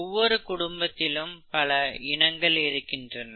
ஒவ்வொரு குடும்பத்திலும் பல இனங்கள் இருக்கின்றன